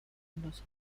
estados